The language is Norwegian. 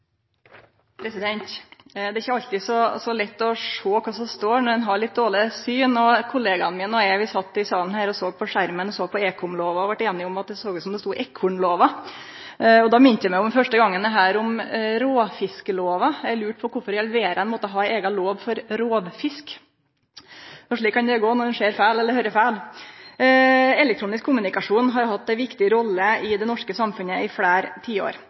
ikkje alltid så lett å sjå kva som står når ein har litt dårleg syn. Kollegaen min og eg sat i salen, såg på skjermen og såg «ekomloven», og vi vart einige om at det såg ut som det stod «ekornloven». Det minte meg om første gongen eg høyrde om råfisklova. Eg lurte på kvifor ein i all verda måtte ha ei eiga lov for rovfisk. Slik kan det gå når ein ser feil eller høyrer feil. Elektronisk kommunikasjon har hatt ei viktig rolle i det norske samfunnet i fleire tiår.